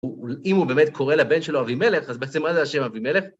אם הוא באמת קורא לבן שלו אבימלך, אז בעצם מה זה השם אבימלך?